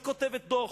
היא כותבת דוח,